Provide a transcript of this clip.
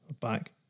Back